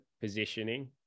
positioning